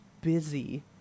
busy